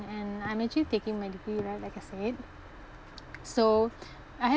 and I'm actually taking my degree right like I said so I ha~